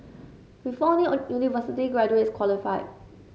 before only university graduates qualified